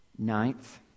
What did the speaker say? Ninth